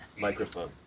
Microphone